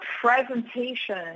presentation